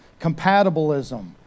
compatibilism